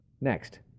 next